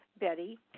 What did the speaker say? Betty